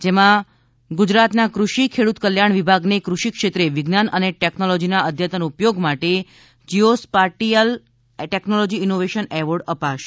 જેમાં ગુજરાત કૃષિ ખેડૂત કલ્યાણ વિભાગને કૃષિક્ષેત્રે વિજ્ઞાન અને ટેકનોલોજીના અદ્યતન ઉપયોગ માટે geospatial technology innovation award અપાશે